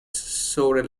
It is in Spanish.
sobre